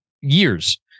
years